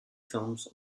films